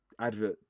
advert